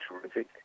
terrific